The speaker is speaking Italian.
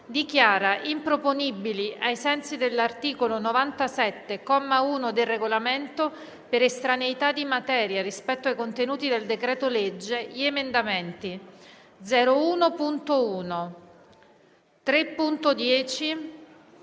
dichiara improponibili, ai sensi dell'articolo 97, comma 1, del Regolamento, per estraneità di materia rispetto ai contenuti del decreto-legge, gli emendamenti 01.1, 3.10,